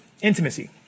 intimacy